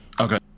okay